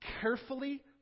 carefully